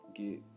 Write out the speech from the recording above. get